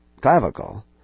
clavicle